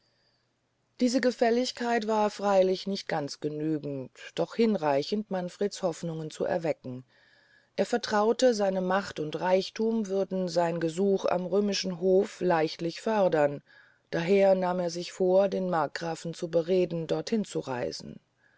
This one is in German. diese gefälligkeit war freylich nicht ganz genügend doch hinreichend manfreds hofnungen zu erwecken er vertraute seine macht und reichthum würden sein gesuch am römischen hofe leichtlich fördern daher nahm er sich vor den markgrafen zu bereden dorthin zu reisen